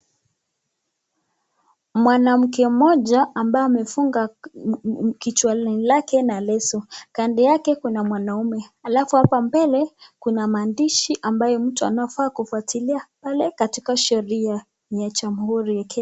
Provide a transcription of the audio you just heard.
Mwanamke mmoja ambaye amefunga kichwa lake na leso kando yake kuna mwanaume alafu hapo mbele kuna maandishi ambayo mtu unafaa kufuatilia pale katika sheria, ni ya jamhuri ya Kenya.